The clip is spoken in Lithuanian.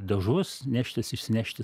dažus neštis išsinešti